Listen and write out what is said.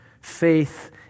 faith